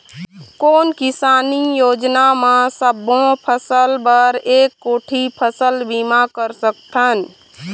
कोन किसानी योजना म सबों फ़सल बर एक कोठी फ़सल बीमा कर सकथन?